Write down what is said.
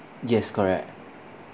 yes correct